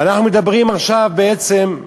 ואנחנו מדברים עכשיו בעצם על